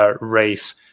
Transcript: race